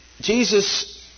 Jesus